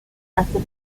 hace